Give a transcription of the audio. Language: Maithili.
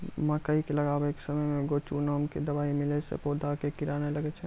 मकई के लगाबै के समय मे गोचु नाम के दवाई मिलैला से पौधा मे कीड़ा नैय लागै छै?